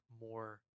more